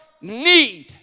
need